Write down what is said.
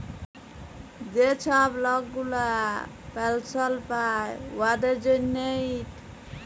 যে ছব লক গুলা পেলসল পায় উয়াদের জ্যনহে ইট